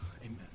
Amen